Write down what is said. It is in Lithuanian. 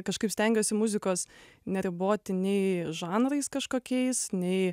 kažkaip stengiuosi muzikos neriboti nei žanrais kažkokiais nei